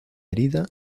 herida